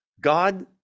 God